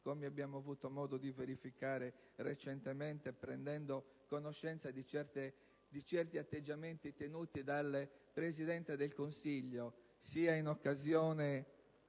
come abbiamo avuto modo di verificare recentemente prendendo conoscenza di certi atteggiamenti tenuti dal Presidente del Consiglio, sia in occasione